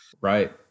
Right